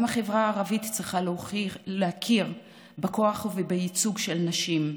גם החברה הערבית צריכה להכיר בכוח ובייצוג של נשים,